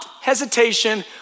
hesitation